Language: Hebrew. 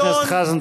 חבר הכנסת חזן,